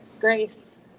grace